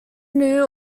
new